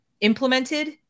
implemented